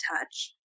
touch